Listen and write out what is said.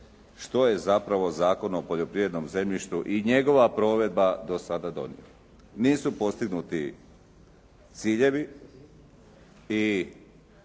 što je zapravo Zakon o poljoprivrednom zemljištu i njegova provedba do sada donijeli. Nisu postignuti ciljevi i